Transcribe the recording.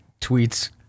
tweets